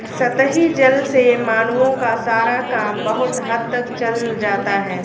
सतही जल से मानवों का सारा काम बहुत हद तक चल जाता है